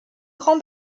grand